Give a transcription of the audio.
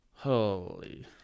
Holy